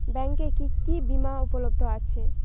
ব্যাংকে কি কি বিমা উপলব্ধ আছে?